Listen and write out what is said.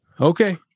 okay